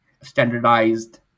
standardized